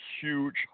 huge